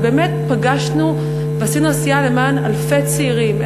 אבל באמת פגשנו ועשינו עשייה למען אלפי צעירים,